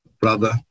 brother